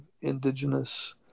indigenous